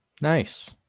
nice